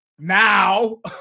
now